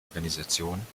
organisation